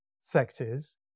sectors